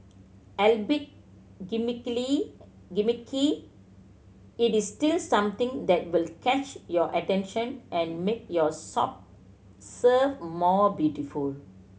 albeit gimmicky it is still something that will catch your attention and make your serve more beautiful